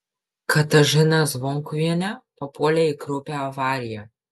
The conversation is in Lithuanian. katažina zvonkuvienė papuolė į kraupią avariją